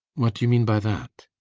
what do you mean by that?